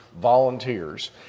Volunteers